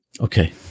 Okay